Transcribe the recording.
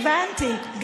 הבנתי.